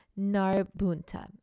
Narbunta